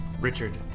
Richard